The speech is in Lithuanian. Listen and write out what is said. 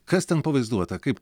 kas ten pavaizduota kaip